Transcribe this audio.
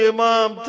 Imam